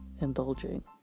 indulging